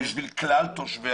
בשביל כלל תושבי